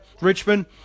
Richmond